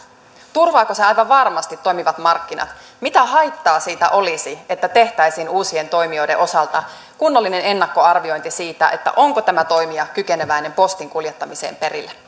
turvaako se aivan varmasti toimivat markkinat mitä haittaa siitä olisi että tehtäisiin uusien toimijoiden osalta kunnollinen ennakkoarviointi siitä onko tämä toimija kykeneväinen postin kuljettamiseen perille